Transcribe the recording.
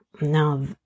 Now